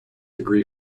agree